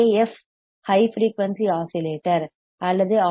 F AF high frequency oscillators அல்லது R